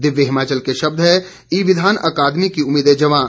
दिव्य हिमाचल के शब्द हैं ई विधान अकादमी की उम्मीदें जवां